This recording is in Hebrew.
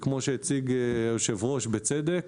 כפי שהציג היושב-ראש בצדק,